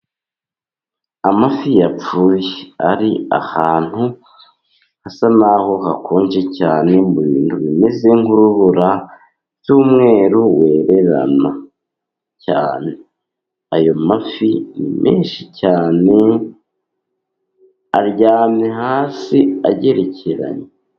Amafi yapfuye ari ahantu hasa naho hakonje cyane mu bintu bimeze nk'urubura by'umweru wererana cyane. Ayo mafi ni menshi cyane aryamye hasi agerekeranye.